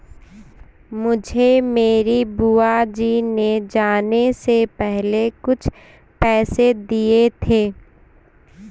मुझे मेरी बुआ जी ने जाने से पहले कुछ पैसे दिए थे